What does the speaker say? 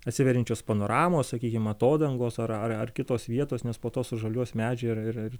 atsiveriančios panoramos sakykim atodangos ar ar ar kitos vietos nes po to sužaliuos medžiai ir ir